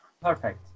Perfect